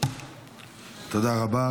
תודה רבה.